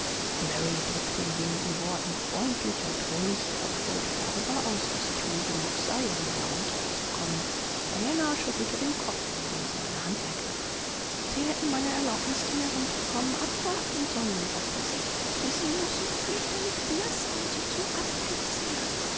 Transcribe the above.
mary drückte in wenigen worten freundlich und ruhig ihre freude darüber aus daß ich wohl genug sei um herunter zu kommen diana schüttelte den kopf indem sie meine hand ergriff sie hätten meine erlaubnis zum herunterkommen abwarten sollen sagte sie sie sehen noch so fürchterlich blaß aus und so abgezehrt